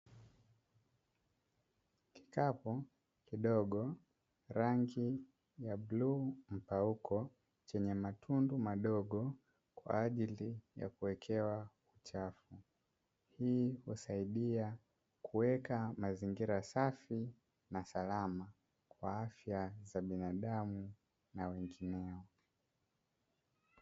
Kikapu kidogo rangi ya bluu mpauko, chenye matundu madogo kwa ajili ya kuwekewa uchafu. Hii husaidia kuweka mazingira safi na salama kwa afya za binadamu na wengineo.